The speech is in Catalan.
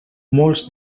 molts